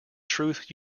truth